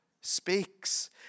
speaks